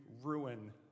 ruin